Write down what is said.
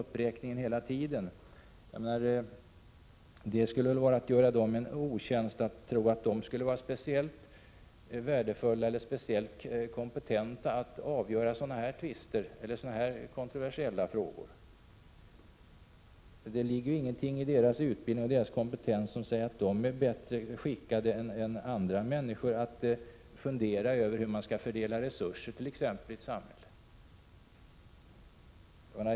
Jag menar att det är att göra dem en otjänst att tro att de skulle vara speciellt värdefulla eller kompetenta att avgöra sådana här kontroversiella frågor. Ingenting i deras utbildning eller kompetens säger ju att de är bättre skickade än andra människor att fundera över hur man skall fördela resurser i samhället.